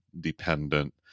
dependent